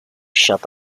shut